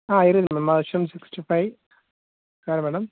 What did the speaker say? ஆ இருக்குது madam mushroom sixty five வேற madam